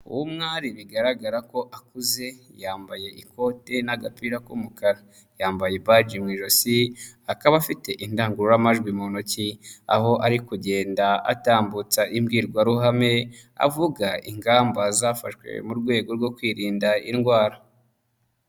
Uwo mwari bigaragara ko akuze, yambaye ikote n'agapira k'umukara, yambaye ibaji mu ijosi, akaba afite indangururamajwi mu ntoki, aho ari kugenda atambutsa imbwirwaruhame avuga ingamba zafashwe mu rwego rwo kwirinda indwara.